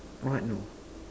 what no